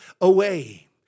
away